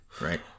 right